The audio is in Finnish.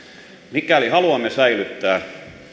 mikäli haluamme säilyttää